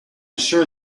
sure